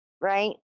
right